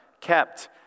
Kept